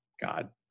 God